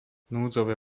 núdzové